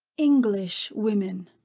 english women.